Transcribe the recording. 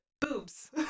boobs